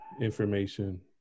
information